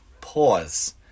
Pause